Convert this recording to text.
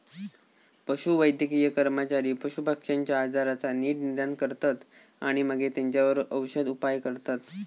पशुवैद्यकीय कर्मचारी पशुपक्ष्यांच्या आजाराचा नीट निदान करतत आणि मगे तेंच्यावर औषदउपाय करतत